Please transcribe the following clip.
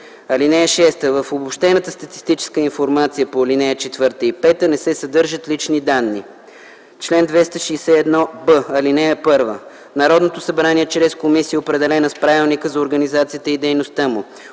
й. (6) В обобщената статистическа информация по ал. 4 и 5 не се съдържат лични данни. Чл. 261б. (1) Народното събрание чрез комисия, определена с Правилника за организацията и дейността му,